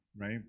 right